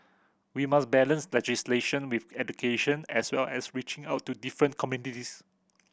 we must balance legislation with education as well as reaching out to different